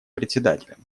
председателем